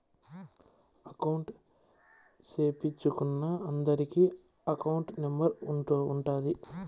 account సేపిచ్చుకున్నా అందరికి account number ఉంటాది